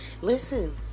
Listen